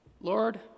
Lord